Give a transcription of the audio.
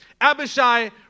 Abishai